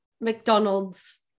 McDonald's